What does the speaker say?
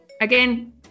again